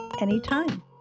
anytime